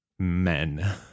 men